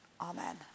Amen